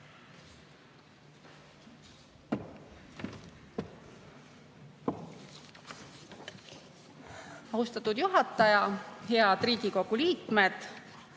Austatud juhataja! Head Riigikogu liikmed!